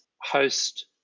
host